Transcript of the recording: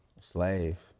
Slave